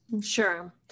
Sure